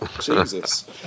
Jesus